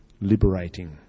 liberating